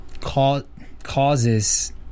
causes